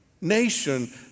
nation